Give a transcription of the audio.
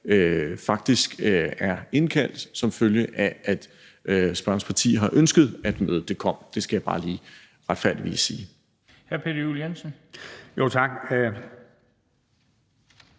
mødet på fredag som følge af, at spørgerens parti har ønsket, at mødet kom i stand; det skal jeg bare lige retfærdigvis sige.